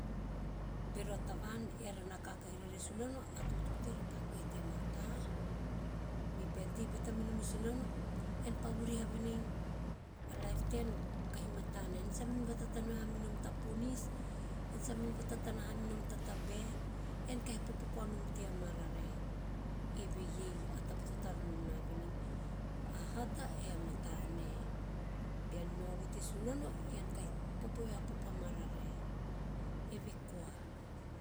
Bero a tavan eara na kaokahi rara e sunano a toto taera repa goe tea mata me bean tei bata minom e sunano ean pa vuriha venei a laip tean kahi mata nana ean samin vatatana ha minom ta ponia ean samin vatatana haminon ta tabae, ean kahi popo koanom tea mararae, eve rei a taba to tara nom na vnei a hata e a mata nae. Bean nao vote sunano lean kahi popo ve a popo a mararae, eve koa.